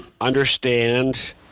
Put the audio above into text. understand